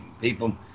people